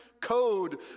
code